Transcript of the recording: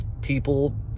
people